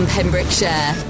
Pembrokeshire